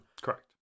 Correct